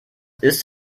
ist